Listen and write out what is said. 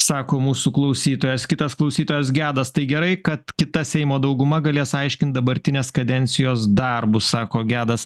sako mūsų klausytojas kitas klausytojas gedas tai gerai kad kita seimo dauguma galės aiškint dabartinės kadencijos darbus sako gedas